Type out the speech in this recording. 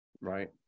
Right